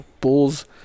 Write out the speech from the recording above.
bulls